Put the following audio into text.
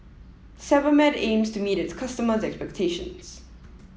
Sebamed aims to meet its customers' expectations